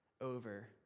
over